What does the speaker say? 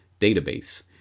database